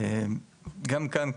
גם כאן,